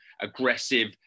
aggressive